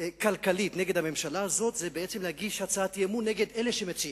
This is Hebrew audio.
כלכלית נגד הממשלה הזאת זה בעצם להגיש הצעת אי-אמון נגד אלה שמציעים.